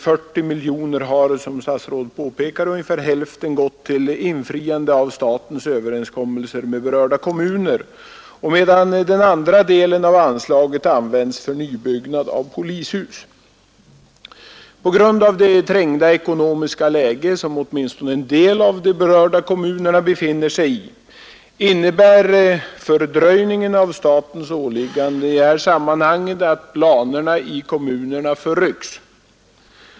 40 miljoner kronor, har som statsrådet papekar ungetär hälften gått till infriande av statens överenskommrelser med berörda kommuner, medan den andra delen av anslaget använts för nybyggnad av polishus. På grund av det trängda ekonomiska läge som atminstone en del av de berörda kommunerna befinner sig i innebär fördröjningen av statens äliggande i detta sammanhang att planerna i kommunerna förrycks.